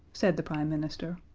said the prime minister,